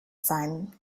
sein